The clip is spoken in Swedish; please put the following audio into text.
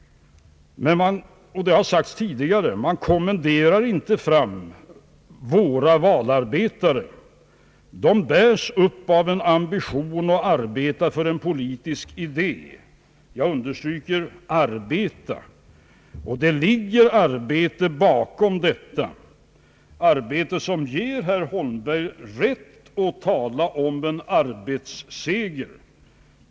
Men, och det har sagts tidigare: Man kommenderar inte fram våra valarbetare, utan de bärs upp av ambitionen att arbeta för en politisk idé. Jag understryker arbeta — det ligger arbete bakom valframgången, ett arbete som ger herr Holmberg rätt att tala om en arbetsseger.